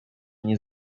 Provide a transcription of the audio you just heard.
nie